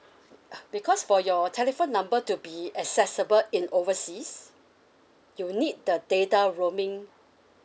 uh because for your telephone number to be accessible in overseas you need the data roaming